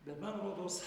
bet man rodos